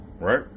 Right